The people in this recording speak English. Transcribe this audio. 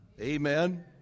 Amen